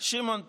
שמעון פרס,